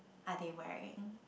are they wearing